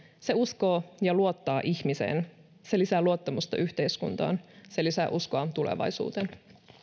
se uskoo ja luottaa ihmiseen se lisää luottamusta yhteiskuntaan se lisää uskoa tulevaisuuteen